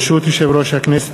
ברשות יושב-ראש הכנסת,